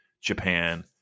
Japan